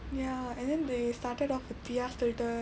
ya and then they started off the pierre stilton